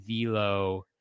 Velo